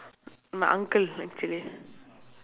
my uncle actually